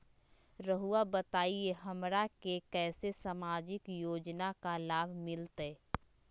रहुआ बताइए हमरा के कैसे सामाजिक योजना का लाभ मिलते?